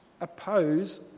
oppose